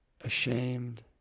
ashamed